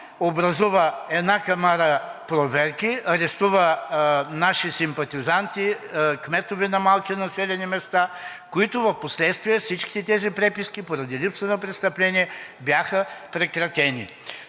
образува една камара проверки, арестува наши симпатизанти, кметове на малки населени места, които впоследствие всички тези преписки поради липса на престъпление бяха прекратени.